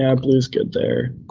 yeah blue's good there.